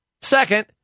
second